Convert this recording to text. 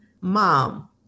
Mom